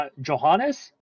Johannes